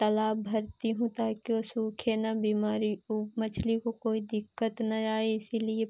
तालाब भरती हूँ ताकि वह सूखे ना बिमारी ऊ मछली को कोई दिक़्क़त ना आए इसीलिए